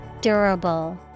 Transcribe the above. Durable